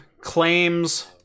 claims